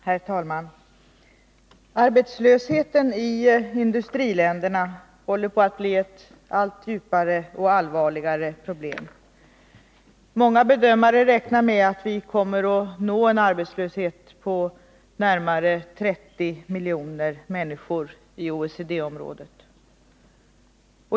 Herr talman! Arbetslösheten i de industrialiserade länderna håller på att bli ett allt djupare och allvarligare problem. Många bedömare räknar med att vi snart kommer att nå en nivå på närmare 30 miljoner arbetslösa människor inom OECD-området.